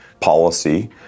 Policy